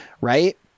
right